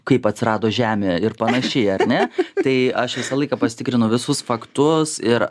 kaip atsirado žemė ir panašiai ar ne tai aš visą laiką pasitikrinu visus faktus ir